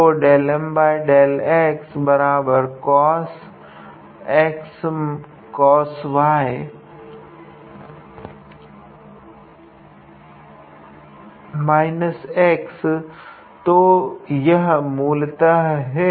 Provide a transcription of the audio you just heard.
तो 𝜕M𝜕𝑥cosxcosy x तो यह मूलतः है